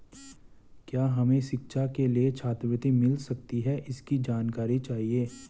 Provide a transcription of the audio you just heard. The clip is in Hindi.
क्या हमें शिक्षा के लिए छात्रवृत्ति मिल सकती है इसकी जानकारी चाहिए?